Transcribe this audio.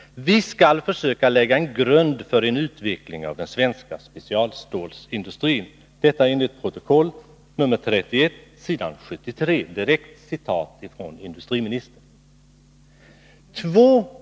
Vi skall försöka lägga en grund för en utveckling av den svenska specialstålsindustrin.” Detta är ett direkt citat av industriministerns uttalande enligt riksdagens snabbprotokoll nr 31 s. 73.